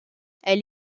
elle